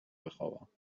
بخوابم